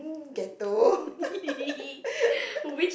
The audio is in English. ghetto